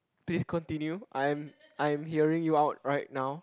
please continue I am I am hearing you out right now